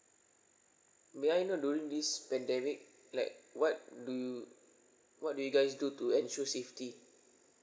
may I know during this pandemic like what do you what do you guys do to ensure safety